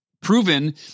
proven